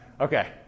Okay